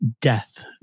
death